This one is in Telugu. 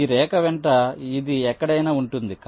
కాబట్టి ఈ రేఖ వెంట ఇది ఎక్కడైనా ఉంటుంది